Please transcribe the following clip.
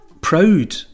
proud